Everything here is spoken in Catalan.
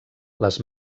les